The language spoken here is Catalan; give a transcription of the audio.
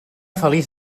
feliç